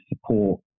support